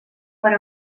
per